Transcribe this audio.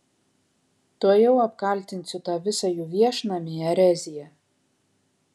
tuojau apkaltinsiu tą visą jų viešnamį erezija